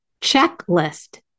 checklist